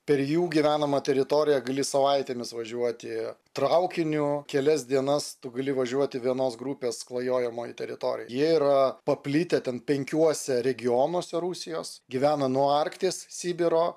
per jų gyvenamą teritoriją gali savaitėmis važiuoti traukiniu kelias dienas tu gali važiuoti vienos grupės klajojamoj teritorijoj jie yra paplitę ten penkiuose regionuose rusijos gyvena nuo arkties sibiro